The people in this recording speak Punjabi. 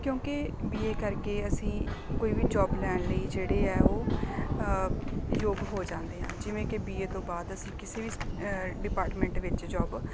ਕਿਉਂਕਿ ਬੀ ਏ ਕਰਕੇ ਅਸੀਂ ਕੋਈ ਵੀ ਜੋਬ ਲੈਣ ਲਈ ਜਿਹੜੇ ਆ ਉਹ ਯੋਗ ਹੋ ਜਾਂਦੇ ਹਾਂ ਜਿਵੇਂ ਕਿ ਬੀ ਏ ਤੋਂ ਬਾਅਦ ਅਸੀਂ ਕਿਸੇ ਵੀ ਡਿਪਾਰਟਮੈਂਟ ਵਿੱਚ ਜੋਬ